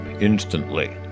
instantly